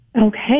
Okay